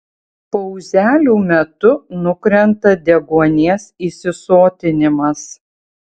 pauzelių metu nukrenta deguonies įsisotinimas